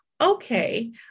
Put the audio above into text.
Okay